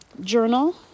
Journal